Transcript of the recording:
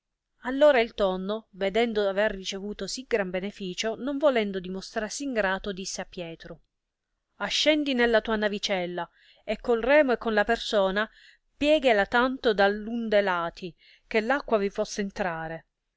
allora il tonno vedendo aver ricevuto sì gran benefìcio non volendo dimostrarsi ingrato disse a pietro ascendi nella tua navicella e col remo e con la persona pieghela tanto da l un de lati che l acqua vi possa entrare